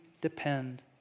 depend